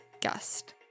guest